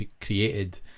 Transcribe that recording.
created